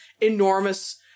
enormous